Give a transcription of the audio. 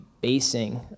basing